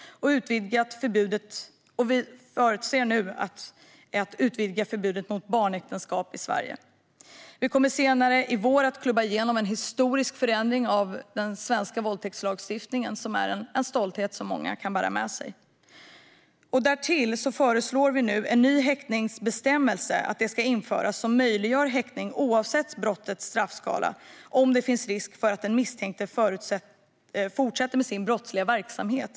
Vi förutser nu också att förbudet mot barnäktenskap i Sverige kommer att utvidgas. Vi kommer senare i vår att klubba igenom en historisk förändring av den svenska våldtäktslagstiftningen, som är en stolthet som många kan bära med sig. Därtill föreslår vi nu att det ska införas en ny häktningsbestämmelse som möjliggör häktning oavsett brottets straffskala om det finns risk för att den misstänkte fortsätter med sin brottsliga verksamhet.